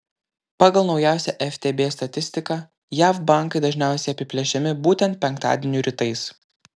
pagal naujausią ftb statistiką jav bankai dažniausiai apiplėšiami būtent penktadienių rytais